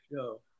show